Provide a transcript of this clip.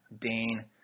Dane